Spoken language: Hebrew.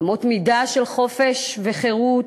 אמות מידה של חופש וחירות,